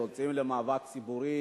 יוצאים למאבק ציבורי